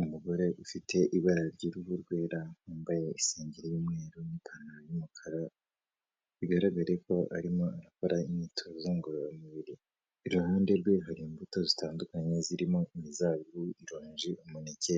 Umugore ufite ibara ry'uruhu rwera, wambaye isengeri y'umweru n'ipantaro y'umukara, bigaragare ko arimo arakora imyitozo ngororamubiri. Iruhande rwe hari imbuto zitandukanye zirimo imizabibu, ironje, umuneke